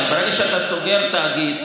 אבל ברגע שאתה סוגר תאגיד,